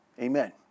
Amen